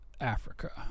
Africa